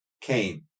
came